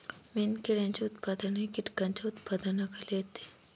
मेणकिड्यांचे उत्पादनही कीटकांच्या उत्पादनाखाली येते